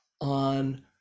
on